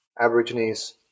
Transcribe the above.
Aborigines